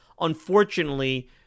unfortunately